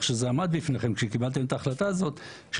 שזה עמד בפניכם כשקיבלתם את ההחלטה הזאת,